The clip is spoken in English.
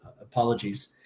apologies